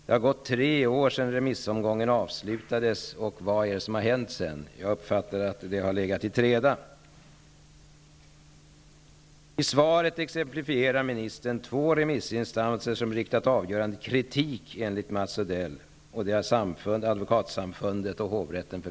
Det har nu gått tre år sedan remissomgången avslutades, vad har hänt därefter? Jag uppfattade det som att projektet har legat i träda. Två remissinstanser som har riktat avgörande kritik, enligt kommunikationsminister Mats Odell.